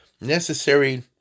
necessary